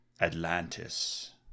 Atlantis